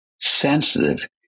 sensitive